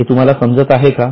हे तुम्हाला समजत आहे का